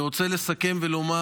אני רוצה לסכם ולומר,